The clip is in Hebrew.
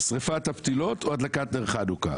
שריפת הפתילות או הדלקת נר חנוכה.